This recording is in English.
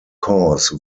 course